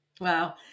Wow